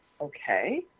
okay